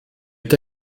est